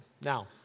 Now